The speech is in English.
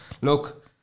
look